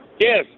Yes